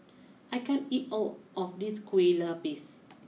I can't eat all of this Kue Lupis